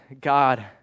God